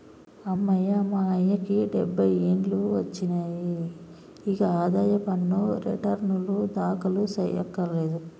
అమ్మయ్య మా అయ్యకి డబ్బై ఏండ్లు ఒచ్చినాయి, ఇగ ఆదాయ పన్ను రెటర్నులు దాఖలు సెయ్యకర్లేదు